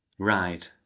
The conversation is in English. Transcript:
Ride